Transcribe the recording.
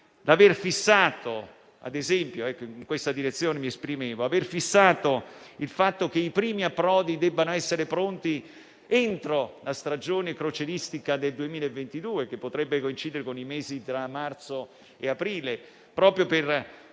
all'aver stabilito che i primi approdi debbano essere pronti entro la stagione crocieristica del 2022, che potrebbe coincidere con i mesi tra marzo e aprile, proprio per